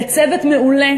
לצוות מעולה